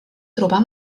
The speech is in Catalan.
trobar